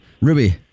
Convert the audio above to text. Ruby